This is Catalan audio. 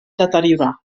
deteriorar